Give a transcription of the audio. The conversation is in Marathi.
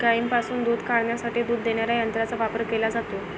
गायींपासून दूध काढण्यासाठी दूध देणाऱ्या यंत्रांचा वापर केला जातो